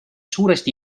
suuresti